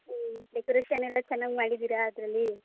ಹ್ಞೂ ಡೆಕೋರೇಷನ್ ಎಲ್ಲ ಚೆನ್ನಾಗಿ ಮಾಡಿದ್ದೀರಾ ಅದರಲ್ಲಿ